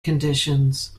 conditions